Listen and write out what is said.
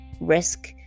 risk